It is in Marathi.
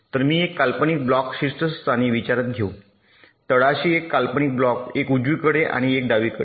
तर मी एक काल्पनिक ब्लॉक शीर्षस्थानी विचारात घेऊ तळाशी एक काल्पनिक ब्लॉक एक उजवीकडे आणि एक डावीकडे